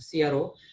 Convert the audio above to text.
CRO